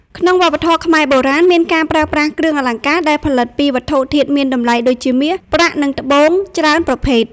ក្នុងវប្បធម៌ខ្មែរបុរាណ មានការប្រើប្រាស់គ្រឿងអលង្ការដែលផលិតពីវត្ថុធាតុមានតម្លៃដូចជាមាស ប្រាក់ និងត្បូងច្រើនប្រភេទ។